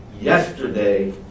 yesterday